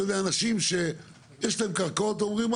אנשים שיש להם קרקעות ואומרים,